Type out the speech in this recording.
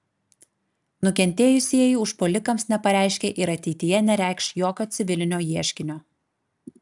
nukentėjusieji užpuolikams nepareiškė ir ateityje nereikš jokio civilinio ieškinio